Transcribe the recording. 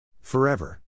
Forever